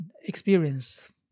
experience